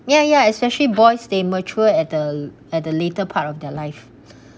ya ya especially boys they mature at the at the later part of their life